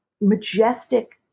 majestic